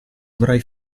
avrai